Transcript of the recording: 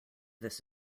this